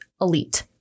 elite